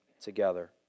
together